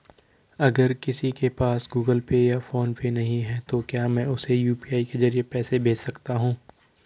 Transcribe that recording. अगर किसी के पास गूगल पे या फोनपे नहीं है तो क्या मैं उसे यू.पी.आई के ज़रिए पैसे भेज सकता हूं?